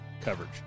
coverage